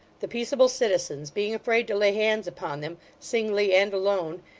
the peaceable citizens being afraid to lay hands upon them, singly and alone,